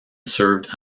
served